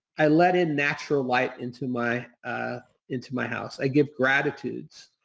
i let in natural light into my into my house. i give gratitudes.